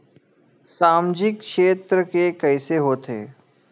सामजिक क्षेत्र के कइसे होथे?